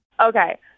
Okay